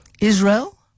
Israel